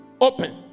open